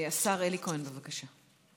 השר אלי כהן, בבקשה.